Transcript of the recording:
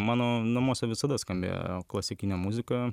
mano namuose visada skambėjo klasikinė muzika